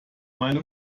meine